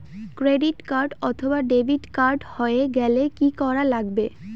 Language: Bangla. ক্রেডিট কার্ড অথবা ডেবিট কার্ড হারে গেলে কি করা লাগবে?